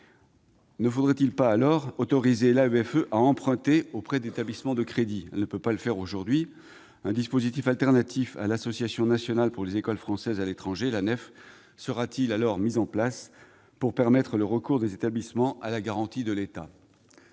Ne faudrait-il pas alors autoriser l'AEFE à emprunter auprès d'établissements de crédit ? Elle ne peut le faire aujourd'hui. Un dispositif alternatif à l'Association nationale des écoles françaises de l'étranger (Anefe) sera-t-il mis en place pour permettre le recours des établissements à la garantie de l'État ?